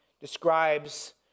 describes